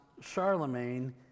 Charlemagne